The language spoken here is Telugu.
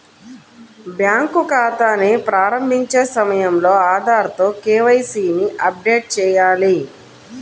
బ్యాంకు ఖాతాని ప్రారంభించే సమయంలో ఆధార్ తో కే.వై.సీ ని అప్డేట్ చేయాలి